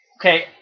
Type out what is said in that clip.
Okay